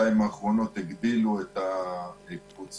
בשנתיים האחרונות הגדילו את הקבוצות,